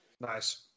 Nice